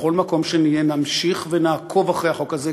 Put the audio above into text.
בכל מקום שנהיה נמשיך ונעקוב אחרי החוק הזה.